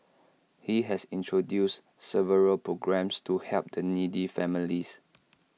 he has introduced several programmes to help the needy families